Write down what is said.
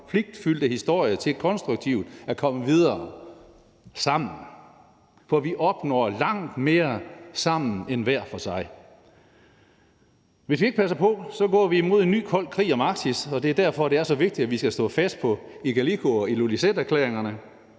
konfliktfyldte historie til konstruktivt at komme videre sammen. For vi opnår langt mere sammen end hver for sig. Hvis vi ikke passer på, går vi imod en ny kold krig om Arktis, og det er derfor, det er så vigtigt, at vi skal stå fast på Igaliku- og Ilulissaterklæringerne.